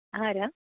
ആരാ